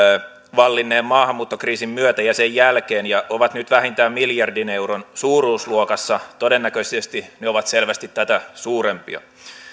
vallinneen maahanmuuttokriisin myötä ja sen jälkeen ja ovat nyt vähintään miljardin euron suuruusluokassa todennäköisesti ne ovat selvästi tätä suurempia